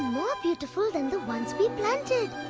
more beautiful than the ones we planted!